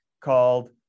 called